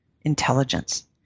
intelligence